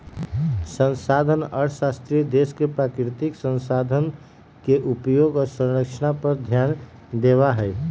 संसाधन अर्थशास्त्री देश के प्राकृतिक संसाधन के उपयोग और संरक्षण पर ध्यान देवा हई